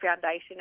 foundation